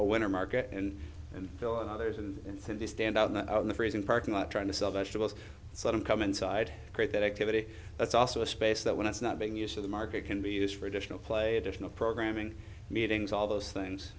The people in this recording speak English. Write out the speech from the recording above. a winter market and and bill and others and they stand out in the freezing parking lot trying to sell vegetables sort of come inside create that activity that's also a space that when it's not being used to the market can be used for additional play additional programming meetings all those things